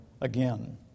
again